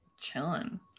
chilling